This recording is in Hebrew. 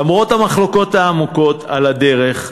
למרות המחלוקות העמוקות על הדרך,